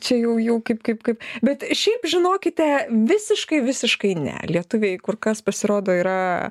čia jau jų kaip kaip kaip bet šiaip žinokite visiškai visiškai ne lietuviai kur kas pasirodo yra